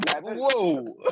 Whoa